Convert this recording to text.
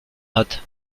hat